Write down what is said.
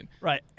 Right